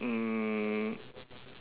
um